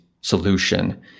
solution